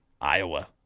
Iowa